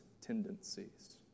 tendencies